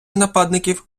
нападників